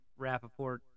Rappaport